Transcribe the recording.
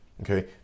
Okay